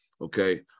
Okay